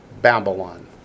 Babylon